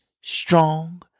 Strong